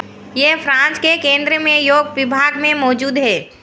यह फ्रांस के केन्द्र में योग विभाग में मौजूद है